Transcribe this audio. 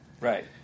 Right